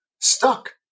stuck